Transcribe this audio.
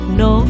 no